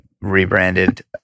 rebranded